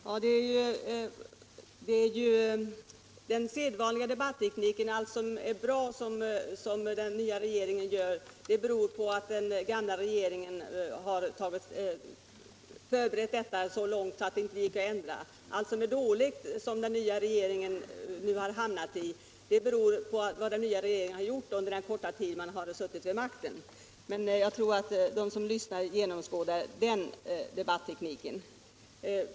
Herr talman! Det här är den sedvanliga debattekniken: Allt bra som den nya regeringen gör beror på att den gamla regeringen hade förberett ärendet så långt att det inte gick att ändra, medan allt dåligt som har hänt beror på vad den nya regeringen gjort under den korta tid den suttit vid makten. Jag tror att de som lyssnar genomskådar den debatttekniken.